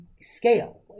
scale